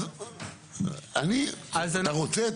אז, אני, אתה רוצה?